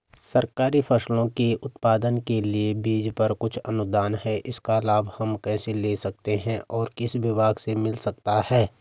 सरकारी फसलों के उत्पादन के लिए बीज पर कुछ अनुदान है इसका लाभ हम कैसे ले सकते हैं और किस विभाग से मिल सकता है?